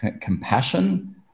compassion